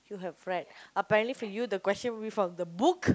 you have read apparently for you the question with from the book